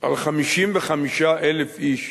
על 55,000 איש